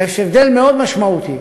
ויש הבדל מאוד משמעותי.